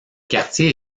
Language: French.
quartier